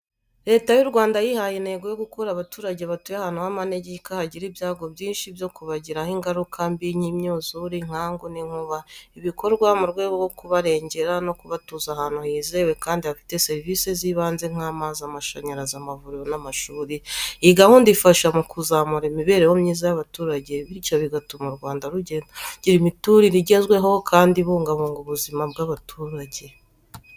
Leta y’u Rwanda yihaye intego yo gukura abaturage batuye ahantu h’amanegeka hagira ibyago byinshi byo kubagiraho ingaruka mbi nk’imyuzure, inkangu n’inkuba. Ibi bikorwa mu rwego rwo kubarengera no kubatuza ahantu hizewe kandi hafite serivisi z’ibanze nk’amazi, amashanyarazi, amavuriro n’amashuri. Iyi gahunda ifasha mu kuzamura imibereho myiza y’abaturage , bityo bigatuma u Rwanda rugenda rugira imiturire igezweho kandi ibungabunga ubuzima bw'abaturage.